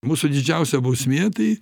mūsų didžiausia bausmė tai